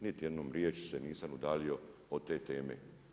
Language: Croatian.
Niti jednom riječju se nisam udaljio od te teme.